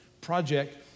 project